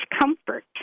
comfort